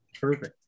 Perfect